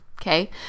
Okay